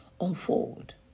unfold